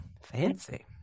Fancy